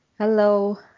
Hello